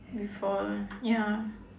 before ya